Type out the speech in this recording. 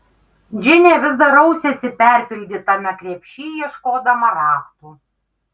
džinė vis dar rausėsi perpildytame krepšy ieškodama raktų